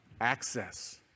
access